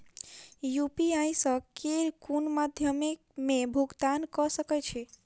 UPI सऽ केँ कुन मध्यमे मे भुगतान कऽ सकय छी?